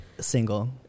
single